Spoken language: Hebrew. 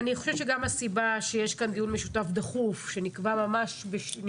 אני חושבת שהסיבה שיש כאן דיון משותף דחוף שנקבע ממש אני